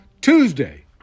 Tuesday